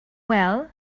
well